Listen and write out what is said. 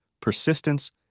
persistence